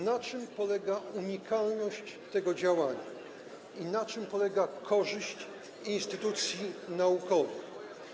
Na czym polega unikalność tego działania i na czym polega korzyść instytucji naukowych?